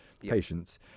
patients